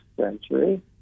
century